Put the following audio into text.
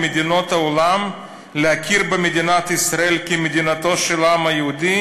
ממדינות העולם להכיר במדינת ישראל כמדינתו של העם היהודי